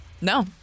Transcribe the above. No